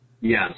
Yes